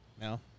No